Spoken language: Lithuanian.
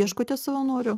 ieškote savanorių